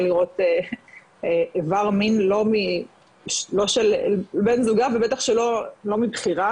לראות איבר מין לא של בן זוגה ובטח שלא מבחירה,